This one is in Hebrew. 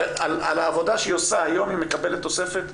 על העבודה שהיא עושה היום היא מקבלת תוספת?